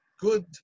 good